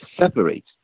separate